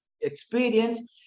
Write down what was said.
experience